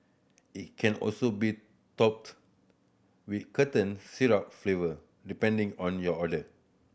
it can also be topped with syrup flavour depending on your order